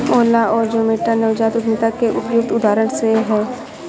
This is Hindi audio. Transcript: ओला और जोमैटो नवजात उद्यमिता के उपयुक्त उदाहरण है सर जी